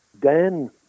Dan